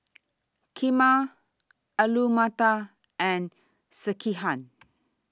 Kheema Alu Matar and Sekihan